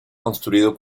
construido